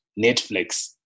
Netflix